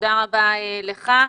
תודה רבה לך.